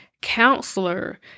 counselor